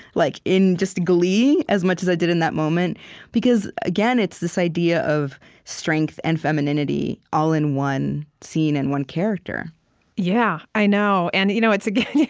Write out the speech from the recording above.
like in, just, glee, as much as i did in that moment because again, it's this idea of strength and femininity all in one scene and one character yeah, i know. and you know again,